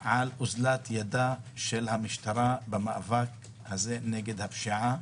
על אזלת ידה של המשטרה במאבק הזה נגד הפשיעה